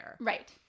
right